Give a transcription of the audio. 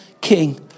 king